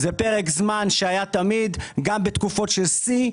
זהו פרק זמן שהיה תמיד, גם בתקופות של שיא.